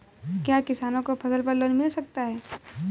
क्या किसानों को फसल पर लोन मिल सकता है?